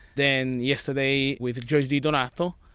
then yesterday with joyce didonato.